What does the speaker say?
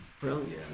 brilliant